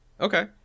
Okay